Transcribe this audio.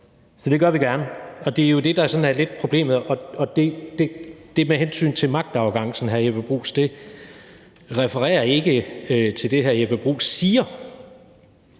Så det gør vi gerne. Der er jo sådan lidt et problem med hensyn til magtarrogancen, hr. Jeppe Bruus. Det refererer ikke til det, hr. Jeppe Bruus siger,